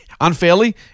unfairly